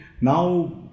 Now